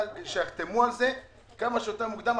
אני מבקש ממך שיחתמו על זה כמה שיותר מוקדם.